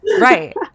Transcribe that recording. Right